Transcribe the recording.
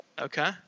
Okay